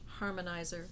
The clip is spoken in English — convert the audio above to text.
harmonizer